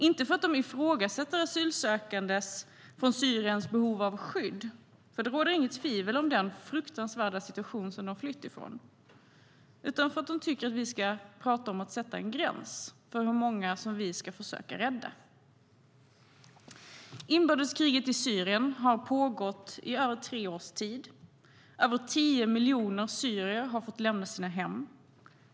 Inte för att de ifrågasätter behovet av skydd för asylsökande från Syrien, för det råder inget tvivel om den fruktansvärda situation som de har flytt ifrån, utan för att de tycker att vi ska sätta en gräns för hur många vi ska försöka rädda. Inbördeskriget i Syrien har pågått i över tre års tid. Över tio miljoner syrier har tvingats lämna sina hem.